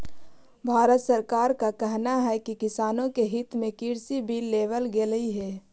भारत सरकार का कहना है कि किसानों के हित में कृषि बिल लेवल गेलई हे